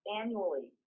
annually